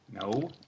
No